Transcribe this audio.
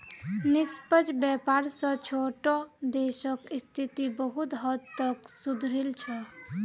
निष्पक्ष व्यापार स छोटो देशक स्थिति बहुत हद तक सुधरील छ